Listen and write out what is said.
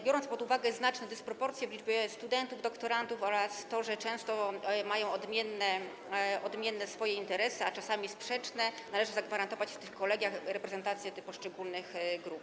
Biorąc pod uwagę znaczne dysproporcje w liczbie studentów i doktorantów oraz to, że często mają odmienne interesy, a czasami sprzeczne, należy zagwarantować w tych kolegiach reprezentację poszczególnych grup.